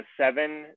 seven